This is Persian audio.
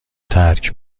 ترک